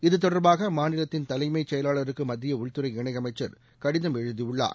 இது தொடர்பாக அம்மாநிலத்தின் தலைமைச் செயலாளருக்கு மத்திய உள்துறை இணையமைச்சர் கடிதம் எழுதியுள்ளார்